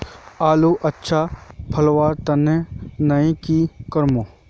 आलूर अच्छा फलवार तने नई की करूम?